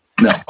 No